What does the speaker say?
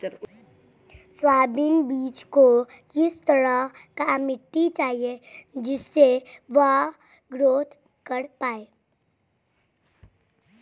Soybean बीज को किस तरह का मिट्टी चाहिए जिससे वह ग्रोथ कर पाए?